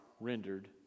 rendered